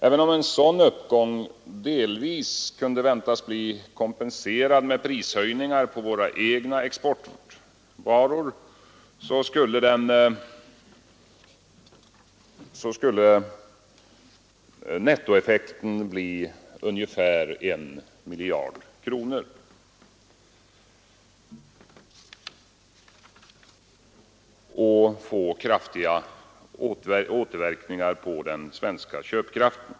Även om en sådan uppgång delvis kunde väntas bli kompenserad med prishöjningar på våra egna exportvaror, så skulle nettoeffekten bli ungefär 1 miljard kronor och få kraftiga återverkningar på den svenska köpkraften.